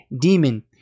demon